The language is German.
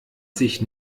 sich